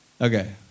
Okay